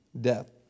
death